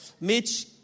Mitch